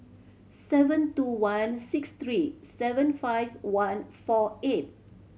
seven two one six three seven five one four eight